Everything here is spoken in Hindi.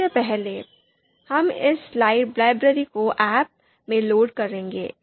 सबसे पहले हम इस लाइब्रेरी को ahp में लोड करेंगे